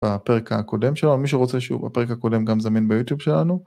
והפרק הקודם שלנו מי שרוצה שוב הפרק הקודם גם זמין ביוטיוב שלנו